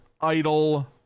idle